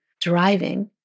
driving